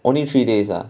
only three days lah